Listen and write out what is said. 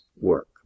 work